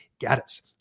Gaddis